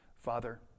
Father